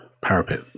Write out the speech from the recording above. parapet